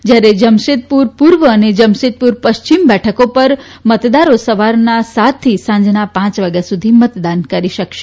જથારે જમશેદપુર પુર્વ અને જમશેદપુર પશ્ચિમ બેઠકો પર મતદારો સવારના સાત થી સાંજના પાંચ વાગ્યા સુધી મતદાન કરી શકશે